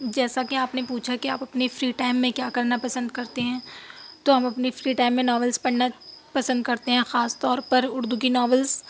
جیسا کہ آپ نے پوچھا کہ آپ اپنے فری ٹائم میں کیا کرنا پسند کرتے ہیں تو ہم اپنے فری ٹائم میں ناولس پڑھنا پسند کرتے ہیں خاص طور پر اُردو کی ناولس